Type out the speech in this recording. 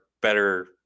better